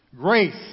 Grace